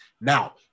Now